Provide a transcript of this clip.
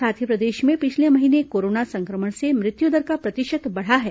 साथ ही प्रदेश में पिछले महीने कोरोना संक्रमण से मृत्युदर का प्रतिशत बढ़ा है